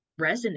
resonate